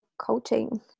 coaching